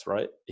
Right